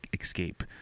escape